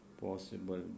possible